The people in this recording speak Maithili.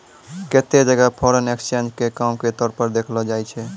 केत्तै जगह फॉरेन एक्सचेंज के काम के तौर पर देखलो जाय छै